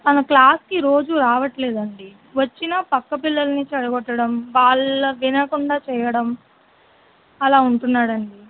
తను క్లాస్కి రోజు రావట్లేదండి వచ్చినా పక్క పిల్లల్ని చెడగొట్టడం వాళ్ళని వినకుండా చెయ్యడం అలా ఉంటున్నాడండి